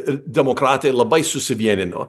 ir demokratai labai susivienino